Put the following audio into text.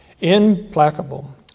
Implacable